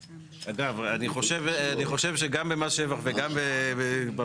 אגב, אני חושב שגם במס שבח, וגם פה,